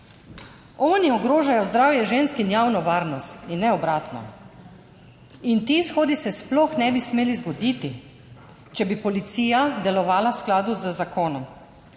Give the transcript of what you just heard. Oni ogrožajo zdravje žensk in javno varnost in ne obratno. Ti shodi se sploh ne bi smeli zgoditi, če bi policija delovala v skladu z zakonom.